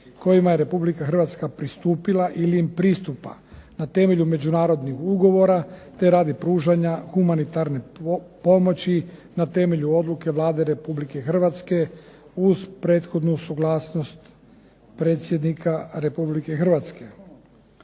kojima je Republika Hrvatska pristupila ili im pristupa na temelju međunarodnih ugovora, te radi pružanja humanitarne pomoći na temelju odluke Vlade Republike Hrvatske uz prethodnu suglasnost predsjednika Republike Hrvatske.